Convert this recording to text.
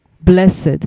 blessed